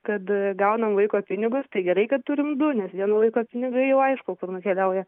kad gaunam vaiko pinigus tai gerai kad turim du nes vieno vaiko pinigai jau aišku kur nukeliauja